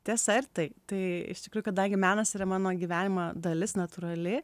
tiesa ir tai tai iš tikrųjų kadangi menas yra mano gyvenimo dalis natūrali